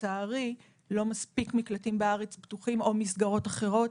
לצערי לא מספיק מקלטים בארץ פתוחים עבורן או מסגרות אחרות.